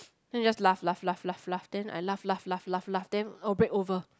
then he just laugh laugh laugh laugh laugh then I laugh laugh laugh laugh laugh then our break over